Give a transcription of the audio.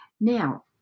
Now